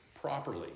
properly